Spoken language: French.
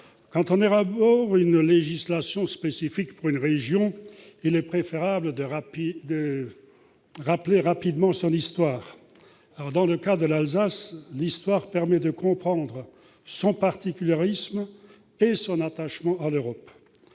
quand on élabore une législation spécifique à une région, il est préférable de rappeler rapidement son histoire. Dans le cas de l'Alsace, cela permet de comprendre son particularisme et son attachement à l'Europe.